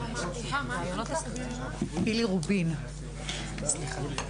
14:39.